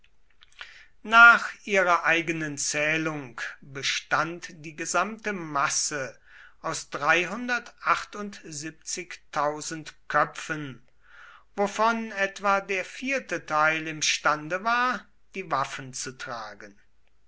nach ihrer eigenen zählung bestand die gesamte masse aus köpfen wovon etwa der vierte teil imstande war die waffen zu tragen